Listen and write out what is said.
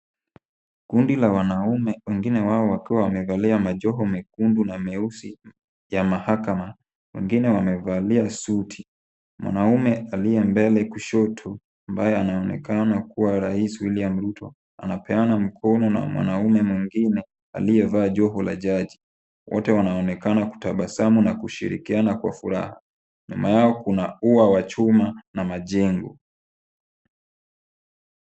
Kundi la wanaume wengine wao wakiwa wamevalia majoho mekundu na muesi ya mahakama. Wengine wamevalia suti. Mwanaume aliye mbele kushoto ambaye anaonekana kuwa rais William Ruto anapeana mkono na mwanaume mwengine aliyevaa joho la jaji. Wote wanaonekana kutabasamu na kushirikiana kwa furaha. Nyuma yao kuna ua wa chuma na majengo.